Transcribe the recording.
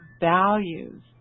values